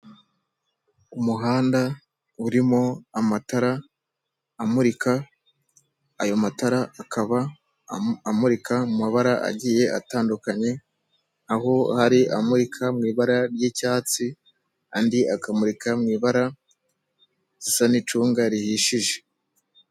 Umuhanda urimo amatara amurika, ayo matara akaba amurika mu mabara agiye atandukanye, aho hari amurika mu ibara ry'icyatsi, andi akamurika mu ibara risa n'icunga rihishije.